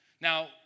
Now